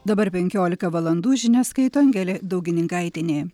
dabar penkiolika valandų žinias skaito angelė daugininkaitienė